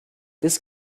this